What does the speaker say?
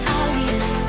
obvious